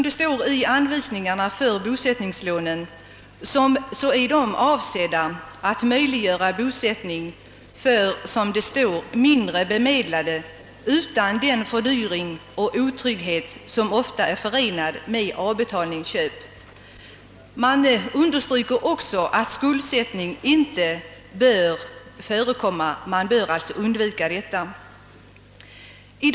Det står i anvisningarna för bosättningslånen att dessa är avsedda att möjliggöra bosättning för »mindre bemedlade utan den fördyring och otrygghet som ofta är förenad med avbetal ningsköp». Man understyrker också att skuldsättning vid sidan av bosättningslån inte bör förekomma.